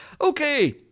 Okay